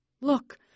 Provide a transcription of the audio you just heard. Look